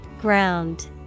Ground